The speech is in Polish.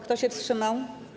Kto się wstrzymał?